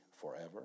forever